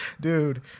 Dude